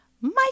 Mike